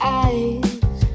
eyes